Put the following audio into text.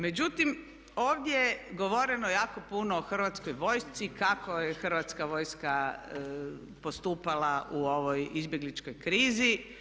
Međutim, ovdje je govoreno jako puno o Hrvatskoj vojsci, kako je Hrvatska vojska postupala u ovoj izbjegličkoj krizi.